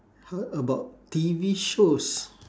how about T_V shows